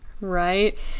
Right